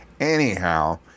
anyhow